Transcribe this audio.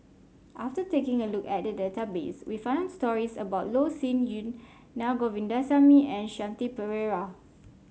after taking a look at the database we found stories about Loh Sin Yun Na Govindasamy and Shanti Pereira